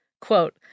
Quote